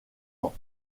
ans